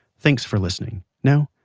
thanks for listening. no,